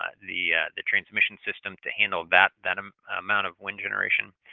ah the the transmission system to handle that that um amount of wind generation.